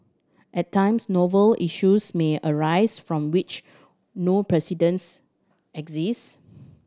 at times novel issues may arise from which no precedents exist